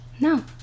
No